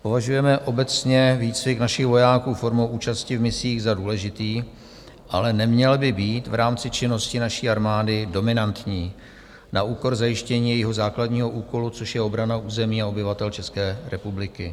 Považujeme obecně výcvik našich vojáků formou účasti v misích za důležitý, ale neměl by být v rámci činnosti naší armády dominantní, na úkor zajištění jejího základního úkolu, což je obrana území a obyvatel České republiky.